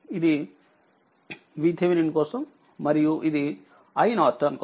ఇది VThevenin కోసంమరియుఇదిiనార్టన్ కోసం